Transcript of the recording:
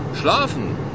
schlafen